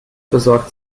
besorgt